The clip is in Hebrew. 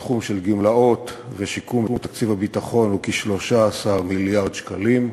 הסכום של גמלאות ושיקום בתקציב הביטחון הוא כ-13 מיליארד שקלים.